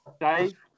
Dave